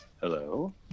hello